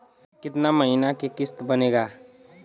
कितना महीना के किस्त बनेगा?